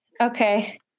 Okay